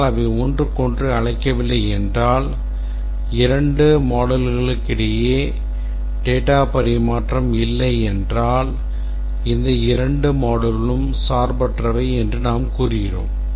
ஆனால் அவை ஒன்றுக்கொன்று அழைக்கவில்லை என்றால் இரண்டு moduleகளுக்கு இடையில் data பரிமாற்றம் இல்லை என்றால் இந்த இரண்டு modules சார்பற்றவை என்று நாம் கூறுகிறோம்